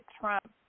Trump